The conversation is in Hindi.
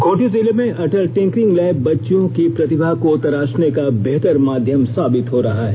खूंटी जिले में अटल टिंकरिंग लैब बच्चों की प्रतिभा को तराशने का बेहतर माध्यम साबित हो रहा है